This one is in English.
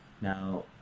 now